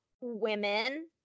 women